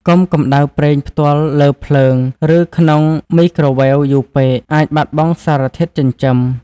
កុំកម្តៅប្រេងផ្ទាល់លើភ្លើង ឬក្នុងមីក្រូវ៉េវយូរពេក អាចបាត់បង់សារធាតុចិញ្ចឹម។